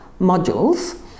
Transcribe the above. modules